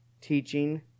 teaching